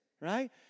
Right